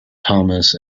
tomas